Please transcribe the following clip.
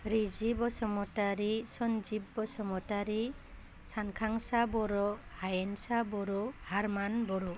रिजि बसुमतारि सनजिब बसुमतारि सानखांसा बर' हायेनसा बर' हारमान बर'